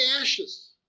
ashes